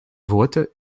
worte